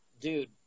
dude